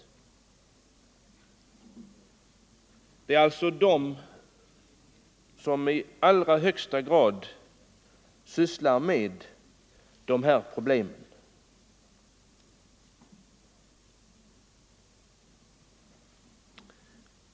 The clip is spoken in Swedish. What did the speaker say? Det är organisationer som i allra högsta grad sysslar med de här problemen.